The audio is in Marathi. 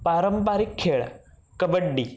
पारंपरिक खेळ कबड्डी